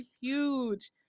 huge